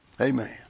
Amen